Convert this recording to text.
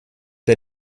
der